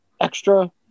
extra